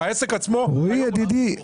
רועי ידידי,